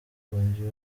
bafungiwe